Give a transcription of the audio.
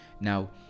Now